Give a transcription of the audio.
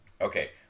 Okay